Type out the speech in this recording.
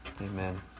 Amen